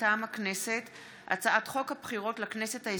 מטעם הכנסת,